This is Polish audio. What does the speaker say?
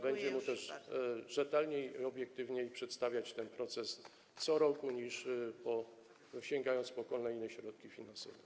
Będzie mógł też rzetelniej i obiektywniej przedstawiać ten proces co roku, sięgając po kolejne środki finansowe.